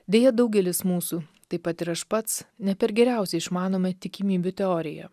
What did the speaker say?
deja daugelis mūsų taip pat ir aš pats ne per geriausiai išmanome tikimybių teoriją